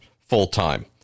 full-time